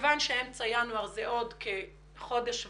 כיוון שאמצע ינואר זה בעוד כחודש וחצי,